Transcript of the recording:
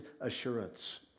assurance